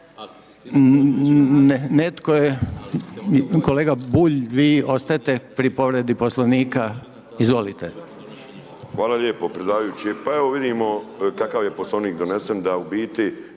ne znam. Kolega Bulj, vi ostajete pri povrijedi Poslovnika, izvolite. **Bulj, Miro (MOST)** Hvala lijepo predsjedavajući. Pa evo vidimo kakav je Poslovnik donesen da u biti